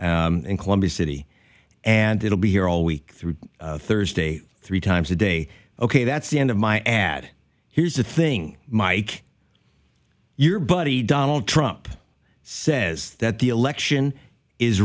in columbia city and it will be here all week through thursday three times a day ok that's the end of my ad here's the thing mike your buddy donald trump says that the election is